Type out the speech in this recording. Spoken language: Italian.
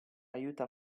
aiuta